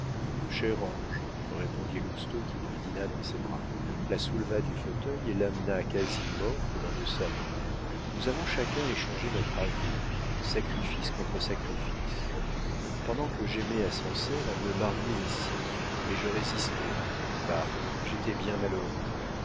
répondit lousteau qui prit dinah dans ses bras la souleva du fauteuil et l'amena quasi morte dans le salon nous avons chacun échangé notre avenir sacrifice contre sacrifice pendant que j'aimais à sancerre on me mariait ici mais je résistais va j'étais bien malheureux